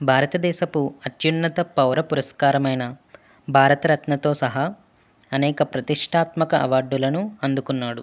భారతదేశపు అత్యున్నత పౌర పురస్కారమైన భారతరత్నతో సహా అనేక ప్రతిష్ఠాత్మక అవార్డులను అందుకున్నాడు